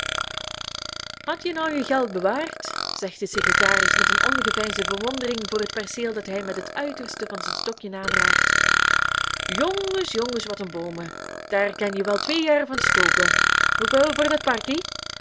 krijgen hadje nou je geld bewærd zegt de secretaris met een ongeveinsde bewondering voor het perceel dat hij met het uiterste van zijn stokjen aanraakt jonges jonges wat en boomen dær kenje wel twee jær van stoken hoe veul voor dat parkie